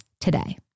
today